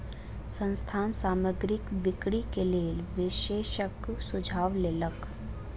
संस्थान सामग्री बिक्री के लेल विशेषज्ञक सुझाव लेलक